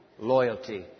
loyalty